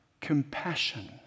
Compassion